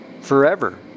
forever